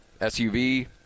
SUV